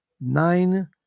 nine